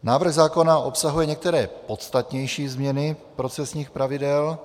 Návrh zákona obsahuje některé podstatnější změny procesních pravidel.